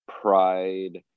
pride